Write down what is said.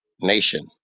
nation